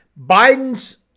Biden's